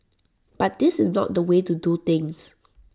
but this is not the way to do things